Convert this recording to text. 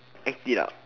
act it out